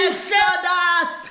Exodus